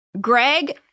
Greg